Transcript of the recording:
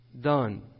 done